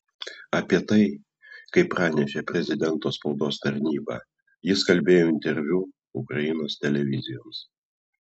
apie tai kaip pranešė prezidento spaudos tarnyba jis kalbėjo interviu ukrainos televizijoms